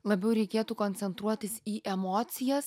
labiau reikėtų koncentruotis į emocijas